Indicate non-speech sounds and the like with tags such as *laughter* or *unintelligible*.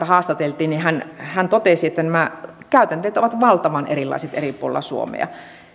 *unintelligible* haastateltiin ja hän totesi että nämä käytänteet ovat valtavan erilaiset eri puolilla suomea